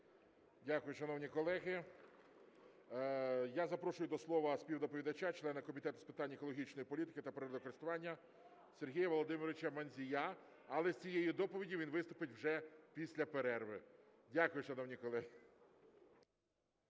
Дякую, шановні колеги. Я запрошую до слова співдоповідача - члена Комітету з питань екологічної політики та природокористування Сергія Володимировича Мандзія. Але з цією доповіддю він виступить вже після перерви. Дякую, шановні колеги.